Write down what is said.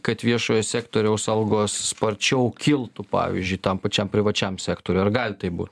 kad viešojo sektoriaus algos sparčiau kiltų pavyzdžiui tam pačiam privačiam sektoriui ar gali taip būt